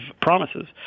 promises